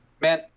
Man